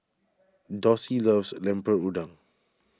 Dossie loves Lemper Udang